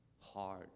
hard